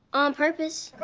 on purpose.